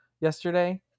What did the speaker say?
yesterday